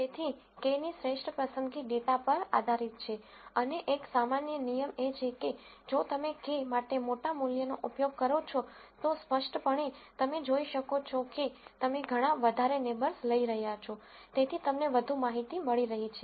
તેથી k ની શ્રેષ્ઠ પસંદગી ડેટા પર આધારીત છે અને એક સામાન્ય નિયમ એ છે કે જો તમે k માટે મોટા મૂલ્યોનો ઉપયોગ કરો છો તો સ્પષ્ટપણે તમે જોઈ શકો છો કે તમે ઘણા વધારે નેબર્સ લઈ રહ્યા છો તેથી તમને વધુ માહિતી મળી રહી છે